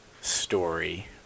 story